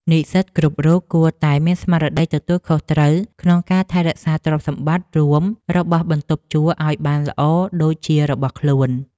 និស្សិតគ្រប់រូបគួរតែមានស្មារតីទទួលខុសត្រូវក្នុងការថែរក្សាទ្រព្យសម្បត្តិរួមរបស់បន្ទប់ជួលឱ្យបានល្អដូចជារបស់ខ្លួន។